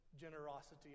generosity